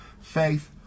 faith